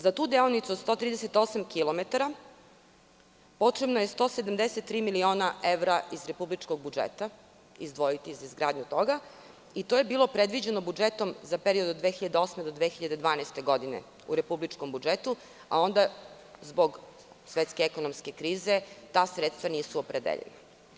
Za tu deonicu 138 kilometara potrebno je 173 miliona evra iz republičkog budžeta izdvojiti za izgradnju toga i to je bilo predviđeno budžetom za period od 2008. do 2012. godine u republičkom budžetu, a onda zbog svetske ekonomske krize ta sredstva nisu opredeljena.